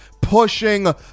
pushing